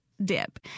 dip